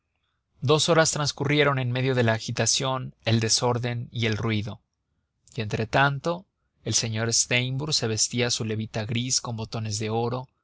dos horas transcurrieron en medio de la agitación el desorden y el ruido y entretanto el señor de steimbourg se vestía su levita gris con botones de oro